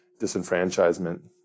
disenfranchisement